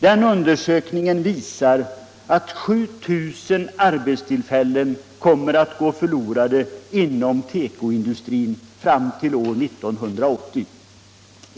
Den undersökningen visar Allmänpolitisk debatt 100 att 7 000 arbetstillfällen kommer att gå förlorade inom tekoindustrin fram till år 1980.